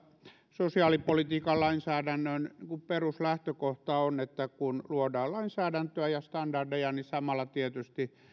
sosiaalipolitiikan lainsäädännön peruslähtökohta on että kun luodaan lainsäädäntöä ja standardeja niin samalla tietysti